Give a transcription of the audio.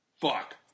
Fuck